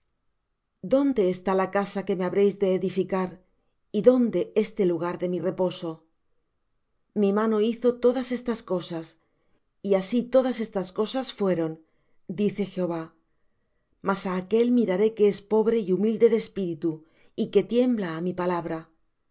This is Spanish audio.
dónde está la casa que me habréis de edificar y dónde este lugar de mi reposo mi mano hizo todas estas cosas y así todas estas cosas fueron dice jehová mas á aquél miraré que es pobre y humilde de espíritu y que tiembla á mi palabra